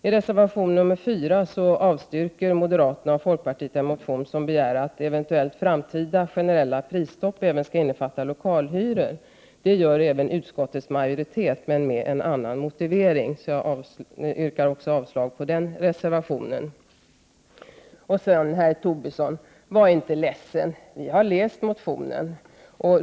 I reservation nr 4 avstyrker moderaterna och folkpartiet en motion, där det begärs att eventuella framtida generella prisstopp även skall innefatta lokalhyror. Det gör även utskottets majoritet, men med en annan motivering. Jag yrkar avslag på den reservationen. Var inte ledsen, herr Tobisson, vi har läst motionen.